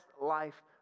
life